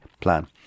plan